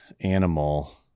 animal